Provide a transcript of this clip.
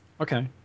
okay